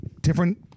different